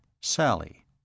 Sally